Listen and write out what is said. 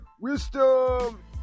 Wisdom